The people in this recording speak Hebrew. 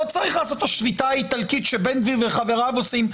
לא צריך לעשות את השביתה האיטלקית שבן גביר וחבריו עושים,